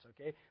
okay